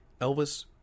Elvis